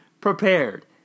prepared